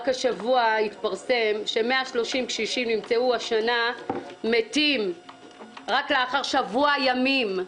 השבוע התפרסם ש-130 קשישים נמצאו השנה מתים לאחר שבוע ימים.